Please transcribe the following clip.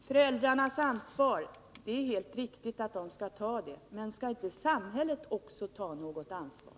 Herr talman! Det är helt riktigt att föräldrarna skall ta sitt ansvar. Men skall inte också samhället ta något ansvar?